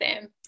Sam